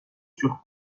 sur